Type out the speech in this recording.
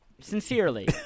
sincerely